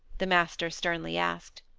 the master sternly asked.